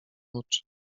oczy